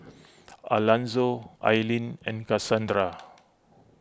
Alanzo Eileen and Casandra